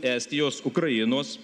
estijos ukrainos